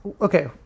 Okay